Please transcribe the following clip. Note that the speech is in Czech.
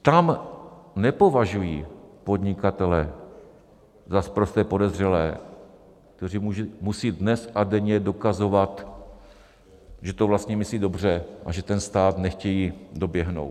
Tam nepovažují podnikatele za sprosté podezřelé, kteří musí dnes a denně dokazovat, že to vlastně myslí dobře a že stát nechtějí doběhnout.